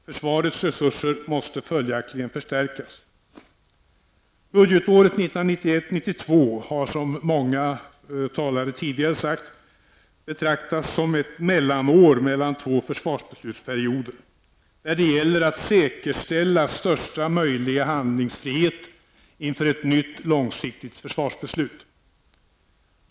Försvarets resurser måste följaktligen förstärkas. Budgetåret 1991/92 få, som många tidigare talare sagt, betraktas som ett mellanår mellan två försvarsbeslutsperioder, där det gäller att säkerställa största möjliga handlingsfrihet inför ett nytt långsiktigt försvarsbeslut.